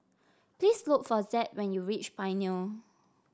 please look for Zed when you reach Pioneer